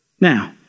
Now